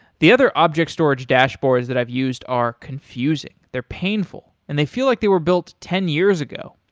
the other object storage dashboards that i've used are confusing, they're painful, and they feel like they were built ten years ago.